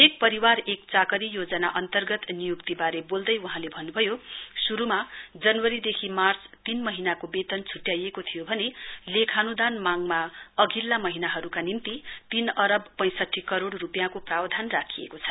एक परिवार एक चाकरी योजना अन्तर्गत निय्क्तिवारे बोल्दै वहाँले भन्न्भयो श्रुमा जनवरीदेखि मार्च तीन महीनाको वेतन छुट्याइएको थियो भने लेखान्दान मांगमा अघिल्ला महीनाहरुका निम्ति तीन अरब पैंसठी करोड़ रुपियाँको प्रावधान राखिएको छ